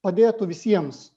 padėtų visiems